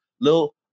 little